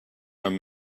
him